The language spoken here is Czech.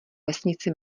vesnici